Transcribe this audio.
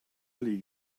leave